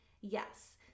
Yes